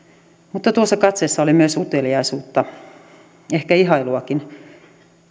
mutta tuossa katseessa oli myös uteliaisuutta ehkä ihailuakin